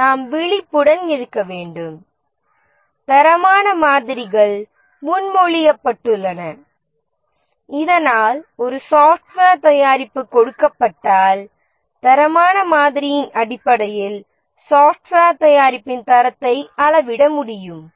நாம் விழிப்புடன் இருக்க வேண்டும் தரமான மாதிரிகள் முன்மொழியப்பட்டுள்ளன இதனால் ஒரு சாஃப்ட்வேர் தயாரிப்பு கொடுக்கப்பட்டால் தரமான மாதிரியின் அடிப்படையில் சாஃப்ட்வேர் தயாரிப்பின் தரத்தை அளவிட முடியும்